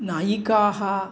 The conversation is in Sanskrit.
नायिकाः